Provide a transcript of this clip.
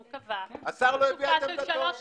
הוא קבע תקופה של שלוש שנים.